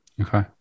okay